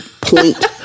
point